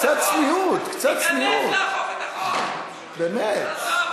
קצת צניעות, קצת צניעות, באמת.